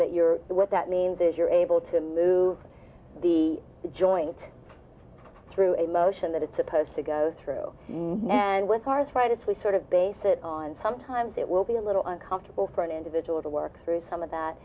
that your what that means is you're able to move the joint through a motion that it's supposed to go through and with arthritis we sort of base it on sometimes it will be a little uncomfortable for an individual to work through some of that